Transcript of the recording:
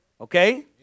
Okay